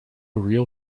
real